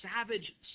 savage